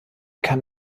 kann